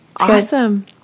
awesome